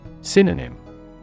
Synonym